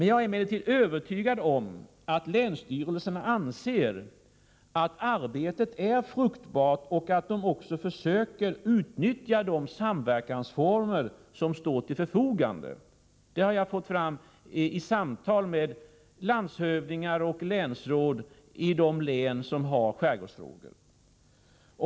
Jag är emellertid övertygad om att länsstyrelserna anser att arbetet är fruktbart och att de försöker utnyttja de samverkansformer som står till förfogande. Detta har framkommit i samtal som jag har haft med landshövdingar och länsråd i de län som har skärgårdsfrågor.